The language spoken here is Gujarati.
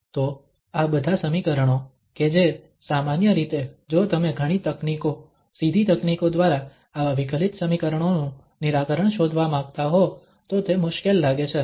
તો આ બધાં સમીકરણો કે જે સામાન્ય રીતે જો તમે ઘણી તકનીકો સીધી તકનીકો દ્વારા આવા વિકલિત સમીકરણો નું નિરાકરણ શોધવા માંગતા હો તો તે મુશ્કેલ લાગે છે